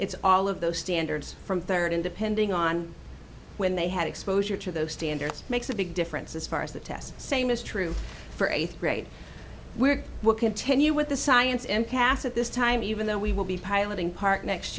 it's all of those standards from thirteen depending on when they had exposure to those standards makes a big difference as far as the test same is true for eighth grade we will continue with the it's impasse at this time even though we will be piloting part next